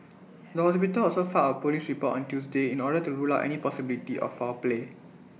the hospital also filed A Police report on Tuesday in order to rule out any possibility of foul play